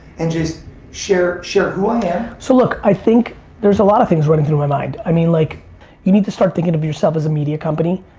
and just share share who i am. so i think there's a lot of things running through my mind. i mean like you need to start thinking of yourself as a media company.